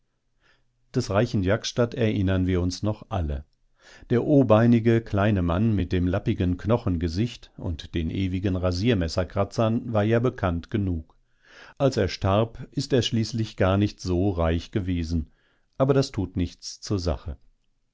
des reichen jaksztat erinnern wir uns noch alle der obeinige kleine mann mit dem lappigen knochengesicht und den ewigen rasiermesserkratzern war ja bekannt genug als er starb ist er schließlich gar nicht so reich gewesen aber das tut nichts zur sache